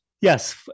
yes